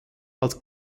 als